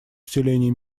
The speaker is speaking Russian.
усиление